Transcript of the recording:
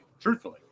Truthfully